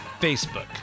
Facebook